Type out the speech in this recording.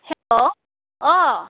हेल' अ